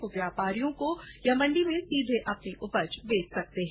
वह व्यापारियों को या मंडी में सीधे अपनी उपज बेच सकता है